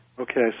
Okay